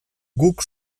guk